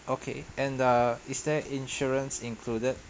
okay and the is there insurance included